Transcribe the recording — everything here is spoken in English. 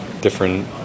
different